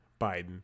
Biden